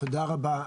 תודה רבה.